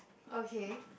okay